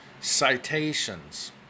citations